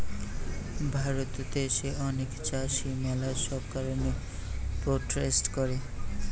ভারত দ্যাশে অনেক চাষী ম্যালা সব কারণে প্রোটেস্ট করে